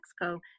Mexico